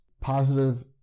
positive